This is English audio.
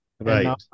Right